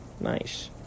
nice